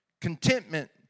Contentment